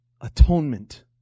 Atonement